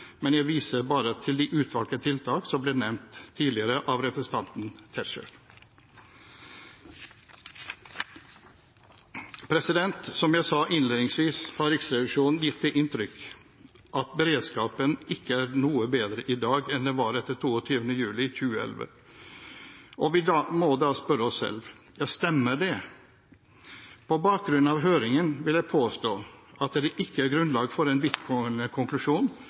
men jeg viser bare til de utvalgte tiltak som ble nevnt tidligere av representanten Tetzschner. Som jeg sa innledningsvis, har Riksrevisjonen gitt det inntrykk at beredskapen ikke er noe bedre i dag enn den var etter 22. juli 2011. Vi må da spørre oss selv: Stemmer det? På bakgrunn av høringen vil jeg påstå at det ikke er grunnlag for